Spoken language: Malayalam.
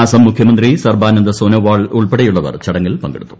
അ്ത്ര് മുഖ്യമന്ത്രി സർബാനന്ദ സോനോവാൾ ഉൾപ്പെടെയുള്ളവർ ചടങ്ങിൽ പങ്കെടുത്തു